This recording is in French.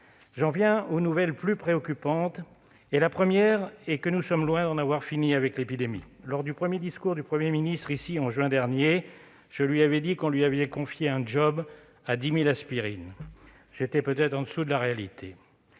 J'en viens aux nouvelles plus préoccupantes, la première étant que nous sommes loin d'en avoir fini avec l'épidémie. Lors du premier discours du Premier ministre, ici, en juin, je lui avais dit qu'il s'était vu confier « un à 10 000 aspirines ». C'était peut-être en dessous de la réalité.